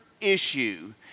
issue